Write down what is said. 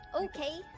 Okay